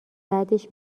بعدش